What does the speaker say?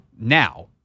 now